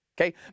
Okay